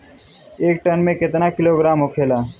एक टन मे केतना किलोग्राम होखेला?